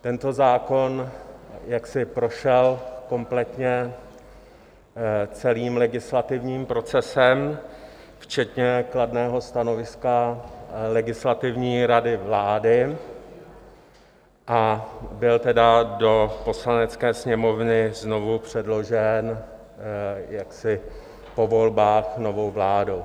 Tento zákon prošel kompletně celým legislativním procesem včetně kladného stanoviska Legislativní rady vlády, a byl tedy do Poslanecké sněmovny znovu předložen po volbách novou vládnou.